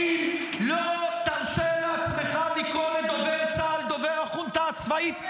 לא תרשה לעצמך לקרוא לדובר צה"ל "דובר החונטה הצבאית",